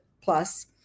Plus